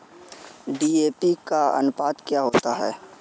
DAP का अनुपात क्या होता है?